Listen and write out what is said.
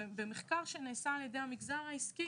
במחקר שנעשה על-ידי המגזר העסקי,